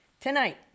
Tonight